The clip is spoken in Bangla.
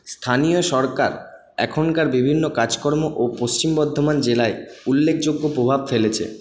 স্থানীয় সরকার এখনকার বিভিন্ন কাজকর্ম ও পশ্চিম বর্ধমান জেলায় উল্লেখযোগ্য প্রভাব ফেলেছে